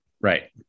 Right